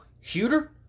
shooter